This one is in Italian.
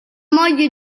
moglie